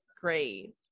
great